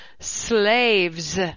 slaves